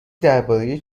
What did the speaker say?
درباره